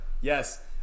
Yes